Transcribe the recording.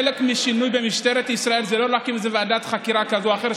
חלק מהשינוי במשטרת ישראל זה לא להקים ועדת חקירה כזאת או אחרת,